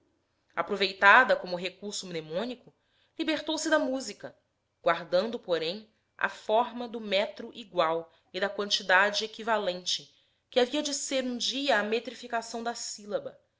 aproveitada como recurso mnemônico libertou se da música guardando porém a forma do metro igual e da quantidade equivalente que havia de ser um dia a metrificação da sílaba